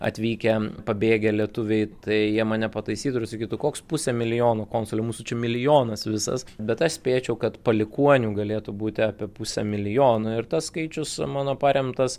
atvykę pabėgę lietuviai tai jie mane pataisytų ir sakytų koks pusę milijono konsule mūsų čia milijonas visas bet aš spėčiau kad palikuonių galėtų būti apie pusę milijono ir tas skaičius mano paremtas